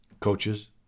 coaches